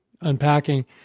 unpacking